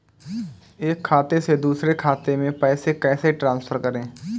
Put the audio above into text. एक खाते से दूसरे खाते में पैसे कैसे ट्रांसफर करें?